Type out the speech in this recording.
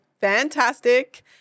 fantastic